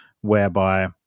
whereby